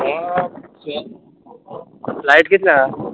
flight कितले आहा